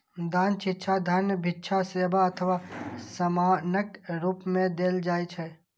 दान शिक्षा, धन, भिक्षा, सेवा अथवा सामानक रूप मे देल जाइ छै